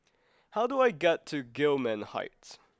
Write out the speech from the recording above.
how do I get to Gillman Heights